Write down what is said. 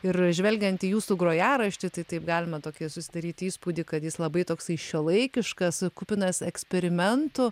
ir žvelgiant į jūsų grojaraštį tai taip galime tokį susidaryti įspūdį kad jis labai toksai šiuolaikiškas kupinas eksperimentų